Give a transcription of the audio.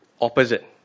opposite